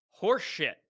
horseshit